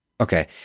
okay